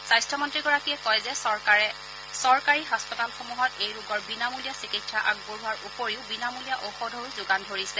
স্বাস্থ্যমন্ত্ৰীগৰাকীয়ে কয় যে চৰকাৰী হাস্পতালসমূহত এই ৰোগৰ বিনামূলীয়া চিকিৎসা আগবঢ়োৱাৰ উপৰিও বিনামূলীয়া ঔষধৰো যোগান ধৰিছে